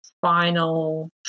final